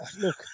look